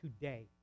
today